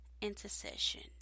intercession